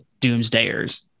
doomsdayers